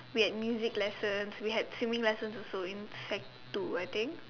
we had music lessons we had swimming lessons also in sec two I think